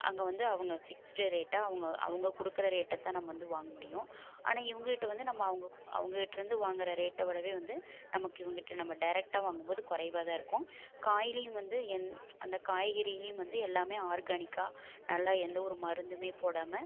அங்கே வந்து அவங்க ஃபிக்ஸ்டு ரேட்டாக அவங்க அவங்க கொடுக்குற ரேட்டை தான் நம்ம வந்து வாங்க முடியும் ஆனால் இவங்ககிட்ட வந்து நம்ம அவங்க அவங்ககிட்ருந்து வாங்குற ரேட்டை விடவே வந்து நமக்கு இவங்ககிட்ட நம்ம டேரெக்ட்டாக வாங்கும்போது குறைவாதான் இருக்கும் காய்லையும் வந்து எந் அந்த காய்கறிலையும் வந்து எல்லாமே ஆர்கானிக்காக நல்லா எந்த ஒரு மருந்துமே போடாமல்